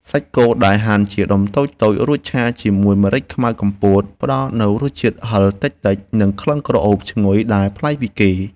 សាច់គោដែលហាន់ជាដុំតូចៗរួចឆាជាមួយម្រេចខ្មៅកំពតផ្តល់នូវរសជាតិហឹរតិចៗនិងក្លិនក្រអូបឈ្ងុយដែលប្លែកពីគេ។